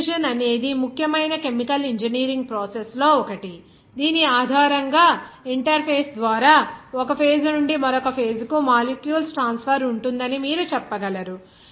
diffusion అనేది ముఖ్యమైన chemical engineering process లలో ఒకటి దీని ఆధారంగా ఇంటర్ఫేస్ ద్వారా ఒక ఫేజ్ నుండి మరొక ఫేజ్ కు మాలిక్యూల్స్ ట్రాన్స్ఫర్ ఉంటుందని మీరు చెప్పగలరు